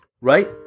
Right